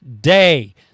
day